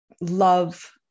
love